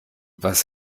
was